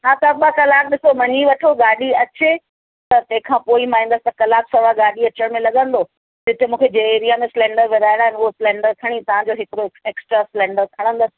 हा तां ॿ कलाकु ॾिसो मञी वठो गाॾी अचे त तंहिंखां पोइ ई मां ईंदुसि त कलाकु सवा गाॾी अचण में लॻंदो जिते मूंखे जंहिं एरिया में सिलेंडर विरहाइणा आहिनि उहो सिलेंडर खणी तव्हांजो हिकिड़ो एक्स्ट्रा सिलेंडर खणंदुसि